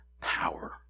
power